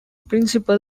principal